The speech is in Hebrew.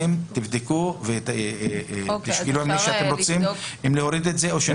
תבדקו ותשקלו אם אתם רוצים להוריד את זה או לא.